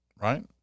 right